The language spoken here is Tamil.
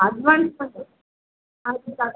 அட்வான்ஸ் வந்து